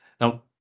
now